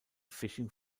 fishing